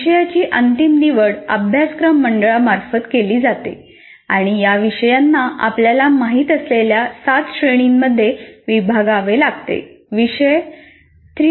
विषयांची अंतिम निवड अभ्यासक्रम मंडळामार्फत केली जाते आणि या विषयांना आपल्याला माहित असलेल्या सात श्रेणीमध्ये विभागावे लागते